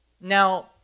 Now